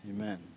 Amen